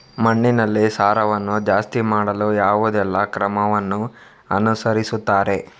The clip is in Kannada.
ಮಣ್ಣಿನಲ್ಲಿ ಸಾರವನ್ನು ಜಾಸ್ತಿ ಮಾಡಲು ಯಾವುದೆಲ್ಲ ಕ್ರಮವನ್ನು ಅನುಸರಿಸುತ್ತಾರೆ